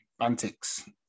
antics